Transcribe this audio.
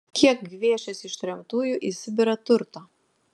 kiek gviešėsi ištremtųjų į sibirą turto